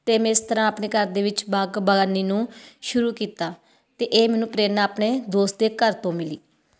ਅਤੇ ਮੈਂ ਇਸ ਤਰ੍ਹਾਂ ਆਪਣੇ ਘਰ ਦੇ ਵਿੱਚ ਬਾਗਬਾਨੀ ਨੂੰ ਸ਼ੁਰੂ ਕੀਤਾ ਅਤੇ ਇਹ ਮੈਨੂੰ ਪ੍ਰੇਰਨਾ ਆਪਣੇ ਦੋਸਤ ਦੇ ਘਰ ਤੋਂ ਮਿਲੀ